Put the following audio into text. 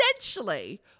essentially